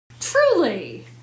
Truly